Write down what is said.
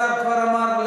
השר כבר אמר,